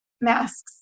masks